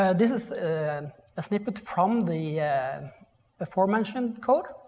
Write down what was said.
ah this is a snippet from the aforementioned code.